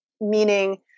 meaning